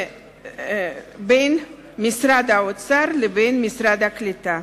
בין משרד האוצר לבין משרד הקליטה.